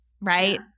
right